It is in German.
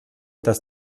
dass